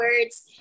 words